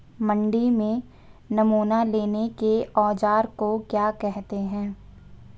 मंडी में नमूना लेने के औज़ार को क्या कहते हैं?